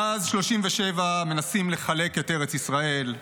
מאז 1937 מנסים לחלק את ארץ ישראל,